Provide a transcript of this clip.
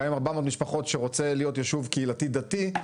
גם אם 400 משפחות שרוצה להיות ישוב קהילתי דתי,